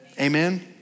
Amen